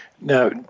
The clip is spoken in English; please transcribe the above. Now